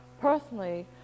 personally